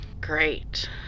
Great